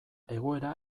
egoera